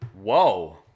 Whoa